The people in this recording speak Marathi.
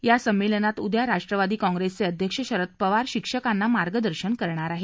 या संमेलनात उद्या राष्ट्रवादी काँग्रेस चे अध्यक्ष शरद पवार शिक्षकांना मार्गदर्शन करणार आहेत